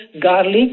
garlic